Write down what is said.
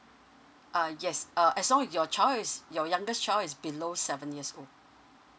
uh yes uh as long as your child is your youngest child is below seven years old